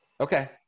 Okay